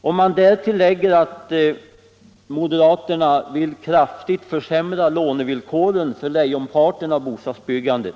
Om man därtill lägger att moderaterna vill kraftigt försämra lånevillkoren för lejonparten av bostadsbyggandet,